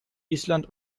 island